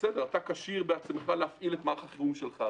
אתה כשיר בעצמך להפעיל את מערך החירום שלך,